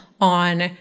on